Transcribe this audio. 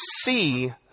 see